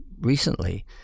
recently